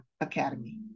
Academy